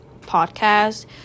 podcast